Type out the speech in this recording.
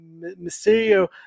Mysterio